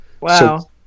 Wow